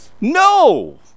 No